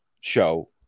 show